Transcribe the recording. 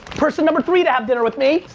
person number three to have dinner with me,